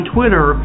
Twitter